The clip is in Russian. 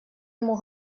ему